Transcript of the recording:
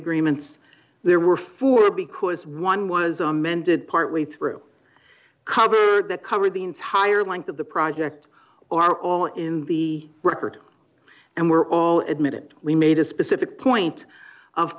agreements there were four because one was amended partway through that cover the entire length of the project or are all in the record and we're all admitted we made a specific point of